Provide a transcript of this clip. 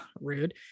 rude